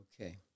Okay